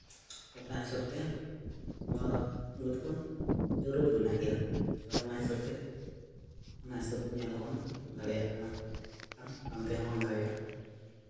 ᱴᱚᱴᱷᱟ ᱦᱤᱥᱟᱹᱵᱽ ᱛᱮ ᱚᱱᱟᱫᱚ ᱜᱩᱨᱩᱛᱛᱚ ᱡᱟᱹᱨᱩᱨ ᱢᱮᱱᱟᱜ ᱜᱮᱭᱟ ᱟᱨ ᱚᱱᱟ ᱦᱤᱥᱟᱹᱵᱽ ᱛᱮ ᱚᱱᱟ ᱦᱤᱥᱟᱹᱵᱽ ᱧᱮᱞ ᱦᱚᱸ ᱵᱟᱝ ᱫᱟᱲᱮᱭᱟᱜ ᱠᱟᱱᱟ ᱟᱨ ᱟᱢ ᱛᱮᱦᱚᱸ ᱵᱟᱢ ᱫᱟᱲᱮᱭᱟᱜᱼᱟ